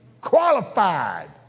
qualified